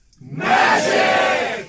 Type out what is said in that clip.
magic